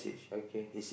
okay